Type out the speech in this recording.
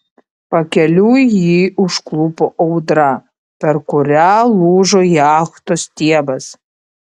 pakeliui jį užklupo audra per kurią lūžo jachtos stiebas